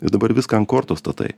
ir dabar viską ant kortos statai